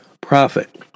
profit